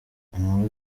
inkuru